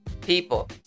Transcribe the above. people